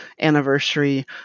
anniversary